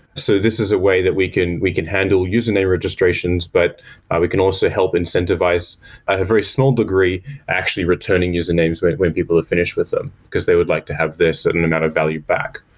so this is a way that we can we can handle username registrations, but we can also help incentivize a very small degree actually returning usernames when people are finished with them, because they would like to have this certain amount of value back.